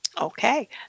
Okay